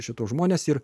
šituos žmones ir